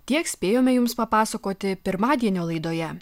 tiek spėjome jums papasakoti pirmadienio laidoje